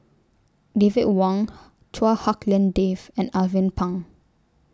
David Wong Chua Hak Lien Dave and Alvin Pang